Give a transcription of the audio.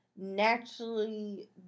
naturally